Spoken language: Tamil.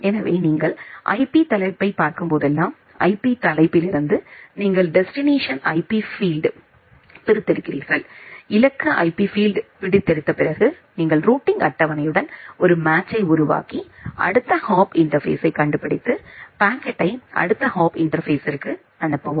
எனவே நீங்கள் ஐபி தலைப்பைப் பார்க்கும் போதெல்லாம் ஐபி தலைப்பில் இருந்து நீங்கள் டெஸ்டினேஷன் ஐபி பீல்ட் பிரித்தெடுக்கிறீர்கள் இலக்கு ஐபி பீல்ட் பிரித்தெடுத்த பிறகு நீங்கள் ரூட்டிங் அட்டவணையுடன் ஒரு மேட்ச்யை உருவாக்கி அடுத்த ஹாப் இன்டர்பேஸ்யை கண்டுபிடித்து பாக்கெட்டை அடுத்த ஹாப் இன்டர்பேஸ்ற்கு அனுப்பவும்